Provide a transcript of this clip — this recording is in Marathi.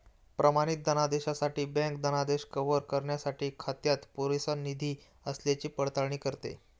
प्रमाणित धनादेशासाठी बँक धनादेश कव्हर करण्यासाठी खात्यात पुरेसा निधी असल्याची पडताळणी करते